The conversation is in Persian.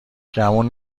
گمون